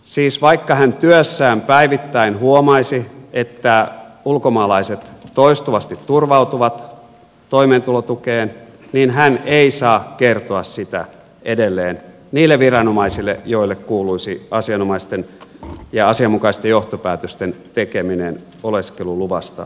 siis vaikka hän työssään päivittäin huomaisi että ulkomaalaiset toistuvasti turvautuvat toimeentulotukeen niin hän ei saa kertoa sitä edelleen niille viranomaisille joille kuuluisi asianomaisten ja asianmukaisten johtopäätösten tekeminen oleskeluluvasta suomessa